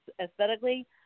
aesthetically